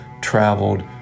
traveled